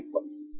places